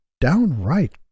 downright